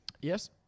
Yes